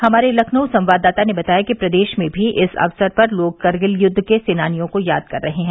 हमारे लखनऊ संवाददाता ने बताया कि प्रदेश में भी इस अवसर पर लोग कारगिल युद्व के सेनानियों को याद कर रहे हैं